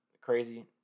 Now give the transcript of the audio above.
Crazy